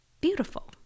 beautiful